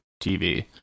TV